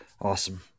awesome